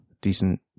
decent